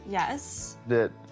yes. that